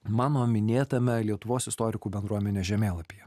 mano minėtame lietuvos istorikų bendruomenės žemėlapyje